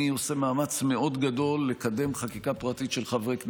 אני עושה מאמץ מאוד גדול לקדם חקיקה פרטית של חברי הכנסת.